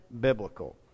biblical